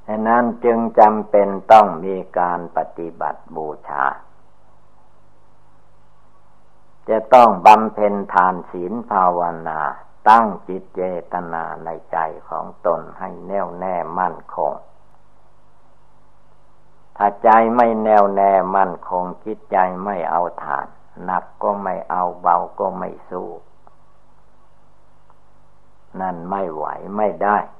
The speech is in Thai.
แน่ นั้นจึงจำเป็นต้องมีการปฏิบัติบูชา จะต้องบำเพ็ญทานศีลภาวนา ตั้งจิตเจตนาในใจของตนให้แน่วแน่มั่นคง ถ้าใจไม่แน่วแน่มั่นคง จิตใจไม่เอาทาน หนักก็ไม่เอา เบาก็ไม่สู้ นั่นไม่ไหว ไม่ได้